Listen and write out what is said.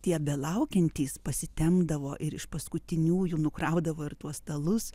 tie belaukiantys pasitempdavo ir iš paskutiniųjų nukraudavo ir tuos stalus